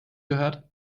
gehört